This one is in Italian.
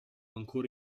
ancora